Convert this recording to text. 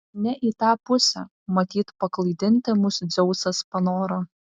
ne į tą pusę matyt paklaidinti mus dzeusas panoro